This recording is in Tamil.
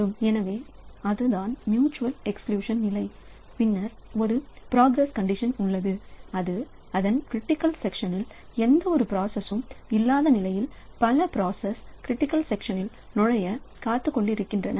' எனவே அதுதான் மியூச்சுவல் எக்ஸ்குலுயூஷன் f நிலை பின்னர் ஒரு ப்ராக்ரஸ் கண்டிஷன் உள்ளது அது அதன் க்ரிட்டிக்கல் செக்ஷனில் எந்த ஒரு பிராசஸ்சும் இல்லாத நிலையில் பல ப்ராசஸ்கள் க்ரிட்டிக்கல் செக்ஷனில் நுழைய காத்துக்கொண்டிருக்கின்றன